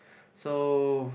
so